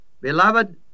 Beloved